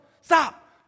Stop